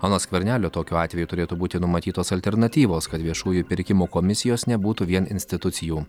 anot skvernelio tokiu atveju turėtų būti numatytos alternatyvos kad viešųjų pirkimų komisijos nebūtų vien institucijų